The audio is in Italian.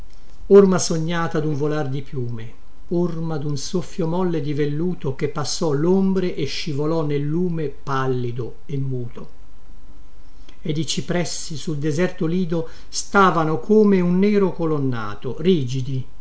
orma sognata dun volar di piume orma di un soffio molle di velluto che passò lombre e scivolò nel lume pallido e muto ed i cipressi sul deserto lido stavano come un nero colonnato rigidi